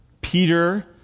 Peter